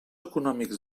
econòmics